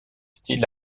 styles